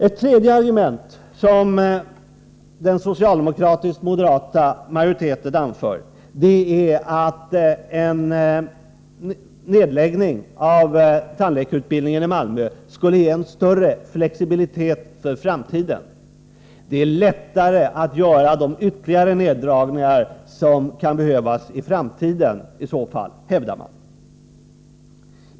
Ett tredje argument som den socialdemokratiska och moderata majoriteten anför är att en nedläggning av tandläkarutbildningen i Malmö skulle ge en större flexibilitet; det skulle vara lättare att göra de ytterligare neddragningar som kan behövas i framtiden.